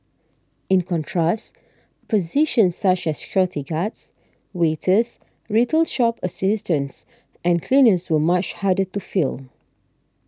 in contrast positions such as security guards waiters retail shop assistants and cleaners were much harder to fill